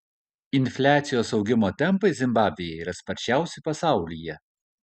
infliacijos augimo tempai zimbabvėje yra sparčiausi pasaulyje